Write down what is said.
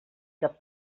cap